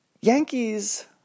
Yankees